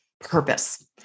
purpose